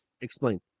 Explain